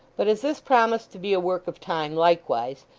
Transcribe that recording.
but as this promised to be a work of time likewise,